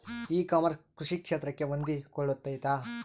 E commerce ಕೃಷಿ ಕ್ಷೇತ್ರಕ್ಕೆ ಹೊಂದಿಕೊಳ್ತೈತಾ?